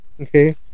Okay